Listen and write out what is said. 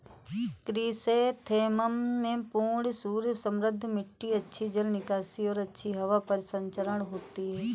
chrysanthemum में पूर्ण सूर्य समृद्ध मिट्टी अच्छी जल निकासी और अच्छी हवा परिसंचरण होती है